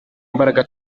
mbaraga